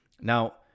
Now